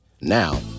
Now